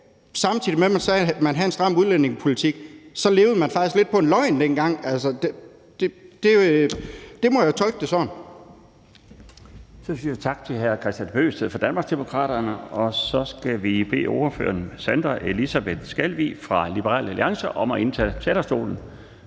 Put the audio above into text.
man sagde, at man havde en stram udlændingepolitik, så levede man faktisk lidt på en løgn. Sådan må jeg tolke det.